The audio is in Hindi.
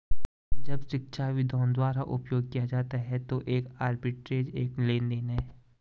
जब शिक्षाविदों द्वारा उपयोग किया जाता है तो एक आर्बिट्रेज एक लेनदेन है